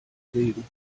segen